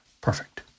perfect